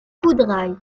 coudray